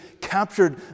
captured